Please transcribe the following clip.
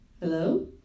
Hello